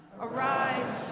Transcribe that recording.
arise